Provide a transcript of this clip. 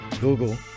Google